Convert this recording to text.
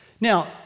Now